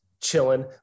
chilling